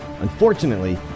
Unfortunately